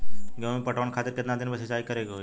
गेहूं में पटवन खातिर केतना दिन पर सिंचाई करें के होई?